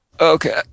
Okay